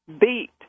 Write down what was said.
beat